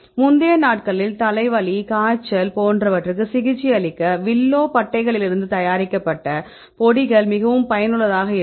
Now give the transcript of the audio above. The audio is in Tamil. முந்தைய நாட்களில் தலைவலி வலி காய்ச்சல் போன்றவற்றுக்கு சிகிச்சையளிக்க வில்லோ பட்டைகளிலிருந்து தயாரிக்கப்பட்ட பொடிகள் மிகவும் பயனுள்ளதாக இருக்கும்